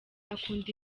akunda